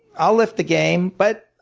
i'll lift the game but